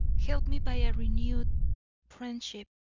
help me by a renewed friendship,